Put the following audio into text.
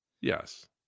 yes